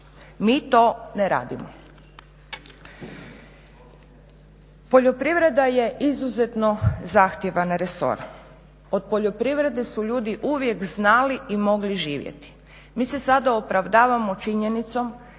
Mi to ne radimo. Poljoprivreda je izuzetno zahtjevan resor. Od poljoprivrede su ljudi uvijek znali i mogli živjeti. Mi se sada opravdavamo činjenicom